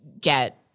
get